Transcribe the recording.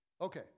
Okay